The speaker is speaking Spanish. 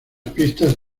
pistas